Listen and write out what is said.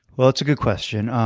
well, that's a good question.